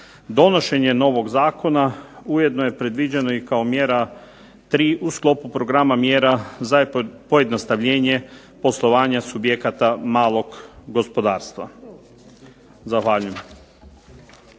Donošenje novog zakona ujedno je predviđeno i kao mjera 3 u sklopu programa mjera za pojednostavljenje poslovanje subjekata malog gospodarstva. Zahvaljujem.